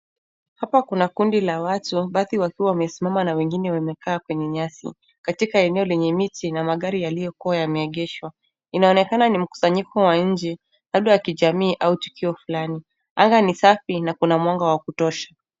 Hapa kuna kundi la watu, baadhi wakiwa wamesimama na wengine wamekaa kwenye nyasi. Katika eneo lenye miti na magari yaliyokuwa yameegeshwa. Inaonekana ni mkusanyiko wa inje, labda wa kijamii au tukio fulani. Anga ni safi na kuna mwanga wa kutosha.